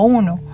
uno